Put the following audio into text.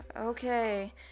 Okay